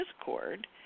discord